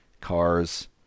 cars